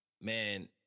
Man